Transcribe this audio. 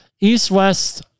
East-West